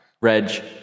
Reg